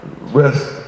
rest